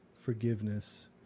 forgiveness